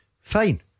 Fine